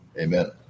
Amen